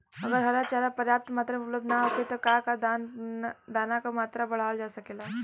अगर हरा चारा पर्याप्त मात्रा में उपलब्ध ना होखे त का दाना क मात्रा बढ़ावल जा सकेला?